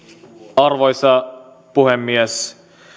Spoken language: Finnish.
arvoisa puhemies